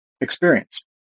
experience